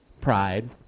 Pride